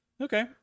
Okay